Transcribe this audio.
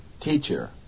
teacher